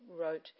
wrote